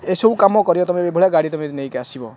ଏସବୁ କାମ କରିବ ତମେ ଯଦି ଏଭଳିଆ ଗାଡ଼ି ତମେ ନେଇକି ଆସିବ